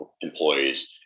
employees